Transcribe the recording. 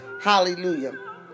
Hallelujah